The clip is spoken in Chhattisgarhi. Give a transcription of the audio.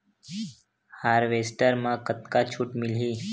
हारवेस्टर म कतका छूट मिलही?